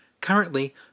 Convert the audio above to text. Currently